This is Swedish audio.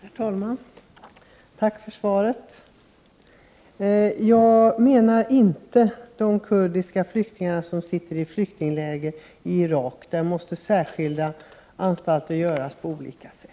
Herr talman! Tack för svaret! Jag menar inte de kurder som befinner sig i flyktingläger i Turkiet. För dem måste särskilda anstalter vidtas på olika sätt.